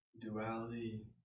duality